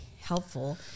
helpful